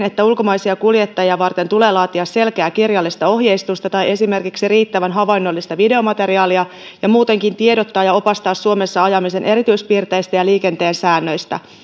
että ulkomaisia kuljettajia varten tulee laatia selkeää kirjallista ohjeistusta tai esimerkiksi riittävän havainnollista videomateriaalia ja muutenkin tiedottaa ja opastaa suomessa ajamisen erityispiirteistä ja liikenteen säännöistä